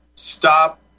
stop